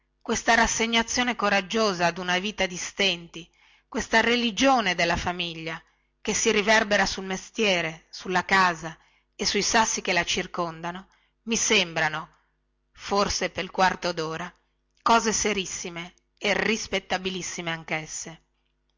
questa rassegnazione coraggiosa ad una vita di stenti questa religione della famiglia che si riverbera sul mestiere sulla casa e sui sassi che la circondano mi sembrano forse pel quarto dora cose serissime e rispettabilissime anchesse